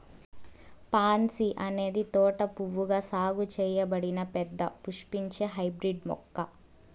pansy అనేది తోట పువ్వుగా సాగు చేయబడిన పెద్ద పుష్పించే హైబ్రిడ్ మొక్క